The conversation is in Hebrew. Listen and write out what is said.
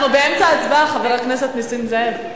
אנחנו באמצע ההצבעה, חבר הכנסת נסים זאב,